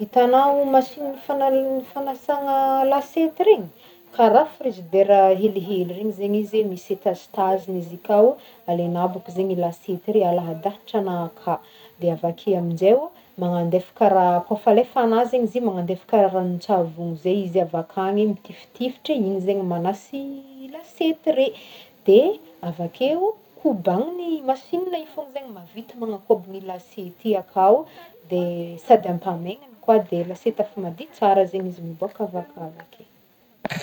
Itanao machine fana- fanasagna lasiety iregny, karaha frigidera helihely regny zegny izy e misy étagetageny izy akao, alainao bôka zegny lasiety re alahadahatra ana aka de avake aminjay o magnandefa karaha, kôfa alefa ana zaigny izy io, magnandefa karaha ranontsavogny zay izy avy akany mitifitifitry igny zegny manasy lasiety re, de avakeo kobagniny machine i fogna zegny mahavita magnakôbana i lasiety io akao de sady ampamaignany koa de lasiety efa madio tsara zegny izy miboaka avaka avake.